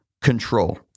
control